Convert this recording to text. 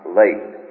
late